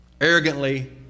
arrogantly